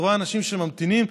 ורואה אנשים שממתינים,